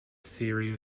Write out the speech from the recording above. theory